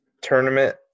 tournament